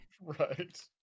right